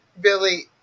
Billy